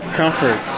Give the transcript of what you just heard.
comfort